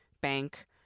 bank